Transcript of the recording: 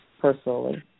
personally